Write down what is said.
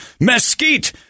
mesquite